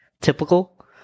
typical